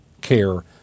care